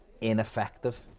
ineffective